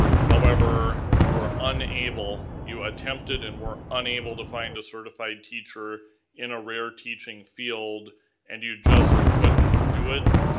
however, you were unable, you attempted and were unable to find a certified teacher in a rare teaching field and you just couldn't do it,